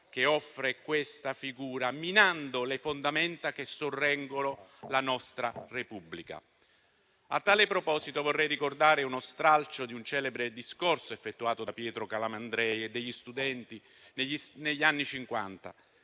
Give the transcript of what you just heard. che essa offre, minando le fondamenta che sorreggono la nostra Repubblica. A tale proposito vorrei ricordare uno stralcio di un celebre discorso effettuato da Pietro Calamandrei a degli studenti negli anni